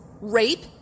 Rape